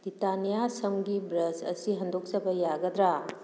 ꯇꯤꯇꯥꯅꯤꯌꯥ ꯁꯝꯒꯤ ꯕ꯭ꯔꯁ ꯑꯁꯤ ꯍꯟꯗꯣꯛꯆꯕ ꯌꯥꯒꯗ꯭ꯔꯥ